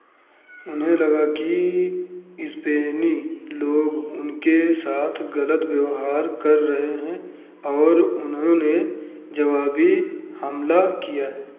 उन्हें लगा कि स्पेनी लोग उनके साथ गलत व्यवहार कर रहे हैं और उन्होंने जवाबी हमला किया